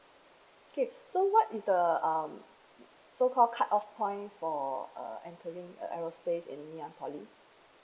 okay so what is the um so called cut off point for uh entering a aerospace in nanyang poly